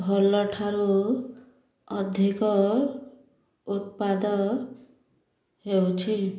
ଭଲ ଠାରୁ ଅଧିକ ଉତ୍ପାଦ ହେଉଛି